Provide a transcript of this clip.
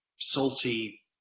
salty